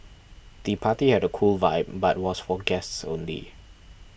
the party had a cool vibe but was for guests only